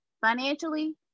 Financially